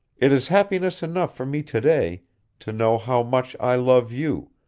it is happiness enough for me to-day to know how much i love you,